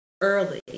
early